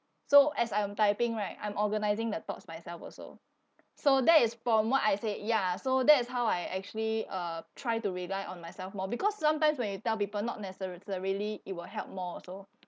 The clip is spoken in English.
so as I'm typing right I'm organising the thoughts myself also so that is from what I said ya so that is how I actually uh try to rely on myself more because sometimes when you tell people not necessarily it will help more also